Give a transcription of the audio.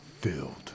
Filled